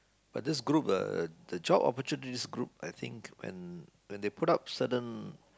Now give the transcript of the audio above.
but this group uh the job opportunities this group I think when when they put up certain